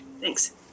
Thanks